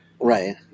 right